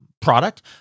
product